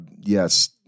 yes